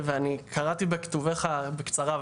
ואני קראתי בכתובך בקצרה,